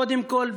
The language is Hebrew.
קודם כול,